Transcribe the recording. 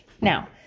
Now